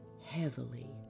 heavily